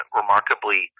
remarkably